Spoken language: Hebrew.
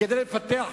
כדי לפתח,